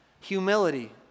humility